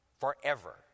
Forever